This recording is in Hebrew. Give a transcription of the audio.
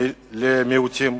למיעוטים,